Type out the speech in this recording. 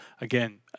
again